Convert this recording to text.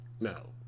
no